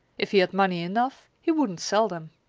if he had money enough, he wouldn't sell them.